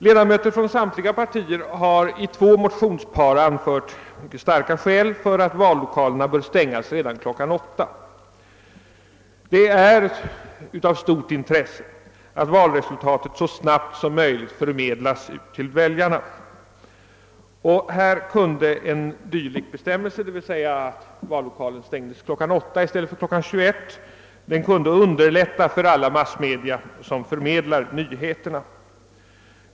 Ledamöter från samtliga partier har i två motionspar anfört starka skäl för att vallokalerna bör stängas redan kl. 20. Det är av stort intresse att valresultatet så snart som möjligt kan förmedlas ut till väljarna, och en bestämmelse om att vallokalerna skall stängas kl. 20 i stället för 21 skulle underlätta verksamheten för alla massmedia som förmedlar nyheter.